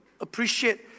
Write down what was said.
appreciate